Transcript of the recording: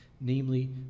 namely